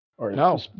No